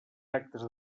actes